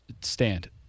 stand